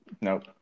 Nope